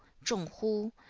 zhong hu,